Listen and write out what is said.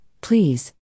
please